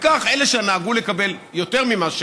וכך אלה שנהגו לקבל יותר ממה ש,